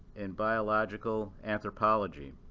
in biological anthropology.